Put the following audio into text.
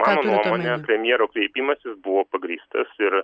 mano nuomone premjero kreipimasis buvo pagrįstas ir